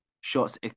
shots